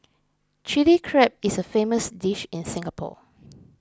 Chilli Crab is a famous dish in Singapore